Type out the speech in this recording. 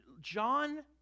John